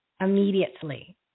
immediately